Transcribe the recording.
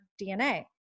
DNA